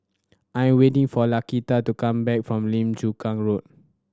I am waiting for Laquita to come back from Lim Chu Kang Road